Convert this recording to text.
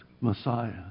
Messiah